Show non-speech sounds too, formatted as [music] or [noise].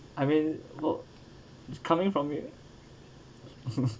I mean [noise] it's coming from it [laughs]